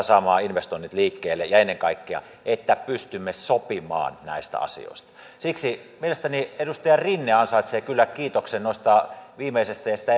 saamaan investoinnit liikkeelle ja ennen kaikkea että pystymme sopimaan näistä asioista siksi mielestäni edustaja rinne ansaitsee kyllä kiitoksen noista viimeisestä ja sitä